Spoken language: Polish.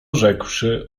rzekłszy